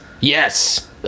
Yes